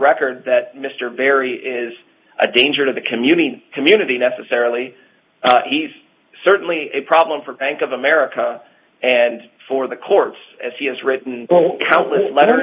record that mr barry is a danger to the community community necessarily he's certainly a problem for bank of america and for the courts as he has written countless letter